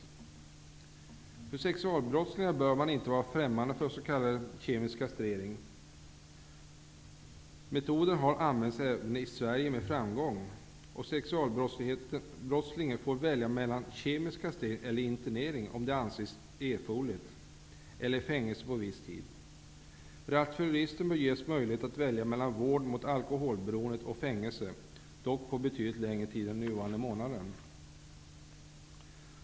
För sexualbrottslingar bör man inte vara främmande för s.k. kemisk kastrering. Metoden har använts även i Sverige med framgång. Sexualbrottslingen får välja mellan kemisk kastrering eller internering, om det anses erforderligt, eller fängelse på viss tid. Rattfyllerister bör ges möjlighet att välja mellan vård mot alkoholberoendet och fängelse, dock betydligt längre tid än den nuvarande månaden.